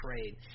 trade